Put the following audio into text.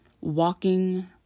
walking